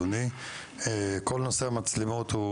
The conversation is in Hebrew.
כל נושא המצלמות הוא